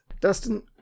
Dustin